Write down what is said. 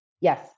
Yes